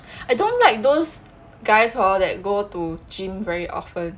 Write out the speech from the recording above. I don't like those guys hor that go to gym very often